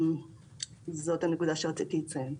זאת הנקודה שרציתי לציין.